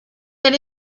that